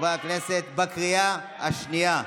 חברי הכנסת, בקריאה השנייה.